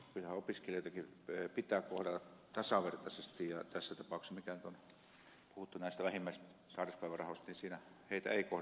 kyllä opiskelijoitakin pitää kohdella tasavertaisesti ja tässä tapauksessa mitä nyt on puhuttu näistä vähimmäissairaspäivärahoista siinä heitä ei kohdella tasavertaisesti